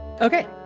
Okay